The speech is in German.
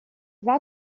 war